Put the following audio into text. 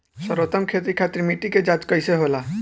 सर्वोत्तम खेती खातिर मिट्टी के जाँच कइसे होला?